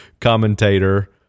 commentator